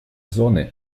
зоны